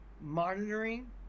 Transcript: monitoring